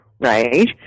right